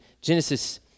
Genesis